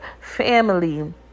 family